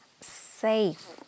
safe